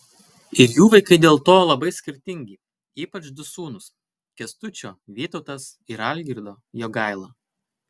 ir jų vaikai dėl to labai skirtingi ypač du sūnūs kęstučio vytautas ir algirdo jogaila